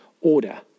order